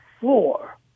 four